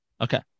Okay